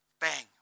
bang